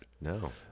No